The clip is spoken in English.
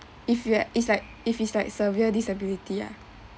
if you at it's like if it's like severe disability ah